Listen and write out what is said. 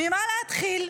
ממה להתחיל?